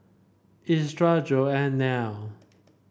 Ezra Joan Nell